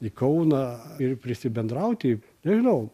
į kauną ir prisibendrauti nežinau